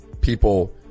people